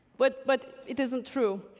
but, but it isn't true.